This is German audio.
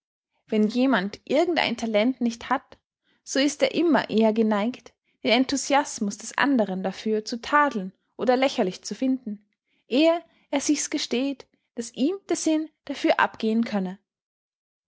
wenn jemand irgend ein talent nicht hat so ist er immer eher geneigt den enthusiasmus des anderen dafür zu tadeln oder lächerlich zu finden ehe er sich's gesteht daß ihm der sinn dafür abgehen könne